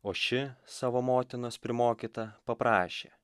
o ši savo motinos primokyta paprašė